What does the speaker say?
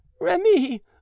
Remy